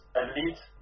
elite